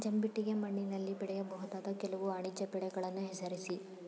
ಜಂಬಿಟ್ಟಿಗೆ ಮಣ್ಣಿನಲ್ಲಿ ಬೆಳೆಯಬಹುದಾದ ಕೆಲವು ವಾಣಿಜ್ಯ ಬೆಳೆಗಳನ್ನು ಹೆಸರಿಸಿ?